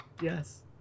Yes